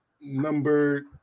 Number